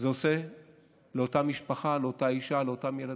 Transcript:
לזה על אותה משפחה, על אותה אישה, על אותם ילדים?